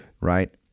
Right